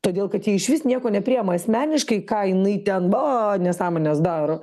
todėl kad jie išvis nieko nepriima asmeniškai ką jinai ten va nesąmones daro